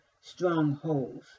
strongholds